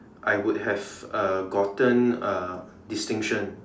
I would have uh gotten a distinction